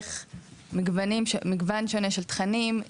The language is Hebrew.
דרך מגוון שונה של תכנים,